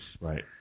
Right